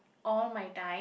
all my time